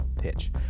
pitch